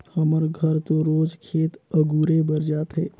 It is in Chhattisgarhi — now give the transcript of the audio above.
हमर घर तो रोज खेत अगुरे बर जाथे